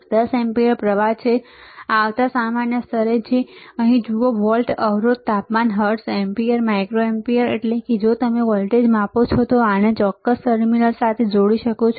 10 ampere પ્રવાહ આવતા સામાન્ય સ્તરે છે અહીં જુઓ વોલ્ટ અવરોધ તાપમાન હર્ટ્ઝ મિલિએમ્પીયર માઇક્રો એમ્પીયર એટલે કે જો તમે વોલ્ટેજ માપો છો તો તમે આને ચોક્કસ ટર્મિનલ સાથે જોડી શકો છો